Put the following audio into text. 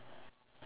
yes